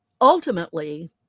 ultimately